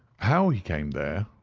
how he came there,